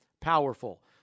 powerful